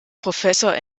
professor